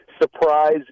surprise